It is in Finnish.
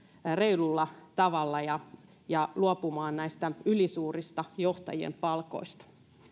reilulla tavalla ja ja luopumaan näistä ylisuurista johtajien palkoista